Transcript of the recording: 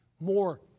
more